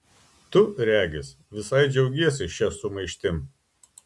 tu regis visai džiaugiesi šia sumaištim